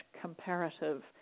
comparative